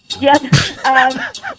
Yes